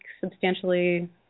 substantially